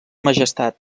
majestat